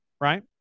right